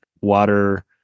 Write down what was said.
Water